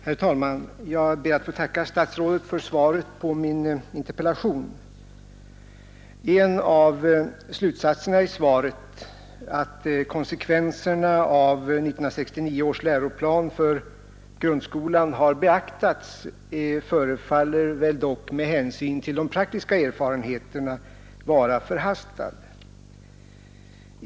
Herr talman! Jag ber att få tacka statsrådet för svaret på min interpellation. En av slutsatserna i svaret, att konsekvenserna av 1969 års läroplan för grundskolan har beaktats, förefaller dock med hänsyn till de praktiska erfarenheterna vara förhastad.